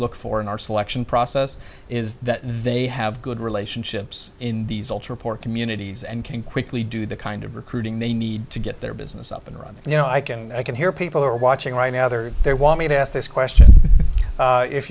look for in our selection process is that they have good relationships in these ultra poor communities and can quickly do the kind of recruiting they need to get their business up and running and you know i can i can hear people who are watching right now that are there want me to ask this question